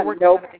Nope